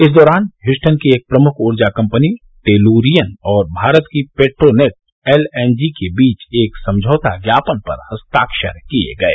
इस दौरान ह्यूस्टन की एक प्रमुख ऊर्जा कम्पनी टेलुरियन और भारत की पेट्रोनेट एलएनजी के बीच एक समझौता ज्ञापन पर हस्ताक्षर किए गए